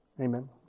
Amen